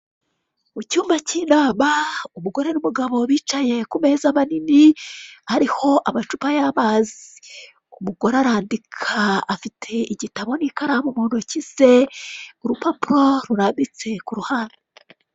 Mu cyumba k'inama hari umugore n'umugabo bicaye ku meza manini hariho amacupa y'amazi, umugore arandika afite igitabo n'ikaramu mu ntoki ze urupapuro rurambitse ku ruhande.